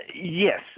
yes